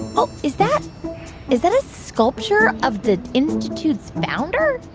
oh, is that is that a sculpture of the institute's founder?